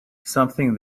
something